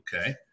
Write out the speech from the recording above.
okay